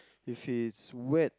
if it is wet